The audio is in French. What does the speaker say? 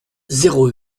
zéro